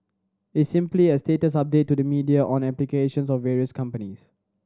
it's simply a status update to the media on applications of various companies